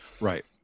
Right